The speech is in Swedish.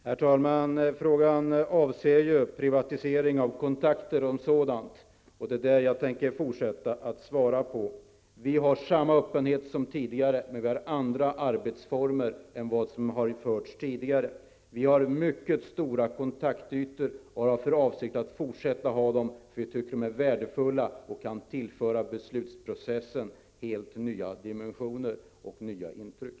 Herr talman! Thage G Petersons fråga avser privatiseringen av regeringens kontakter med näringslivet, och detta är vad jag tänker svara på. Vi har samma öppenhet som tidigare, men vi har andra arbetsformer än tidigare. Vi har mycket stora kontaktytor, och vi har för avsikt att fortsätta att ha dessa, eftersom vi tycker att de är värdefulla och att de kan tillföra beslutsprocessen helt nya dimensioner och nya intryck.